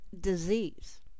disease